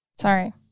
sorry